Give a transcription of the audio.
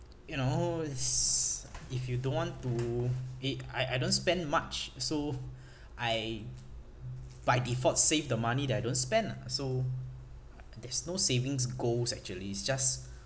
you know is if you don't want to eh I I don't spend much so I by default save the money that I don't spend ah so there's no savings goals actually it's just